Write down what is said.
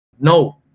No